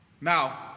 Now